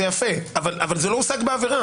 יפה אבל זה לא הושג בעבירה.